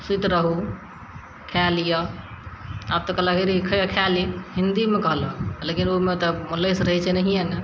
सुइत रहू खाय लिअ आब तऽ कहलक रे खाय लेल हिन्दीमे कहलक लेकिन ओइमे तऽ लसि रहय छै नहिये ने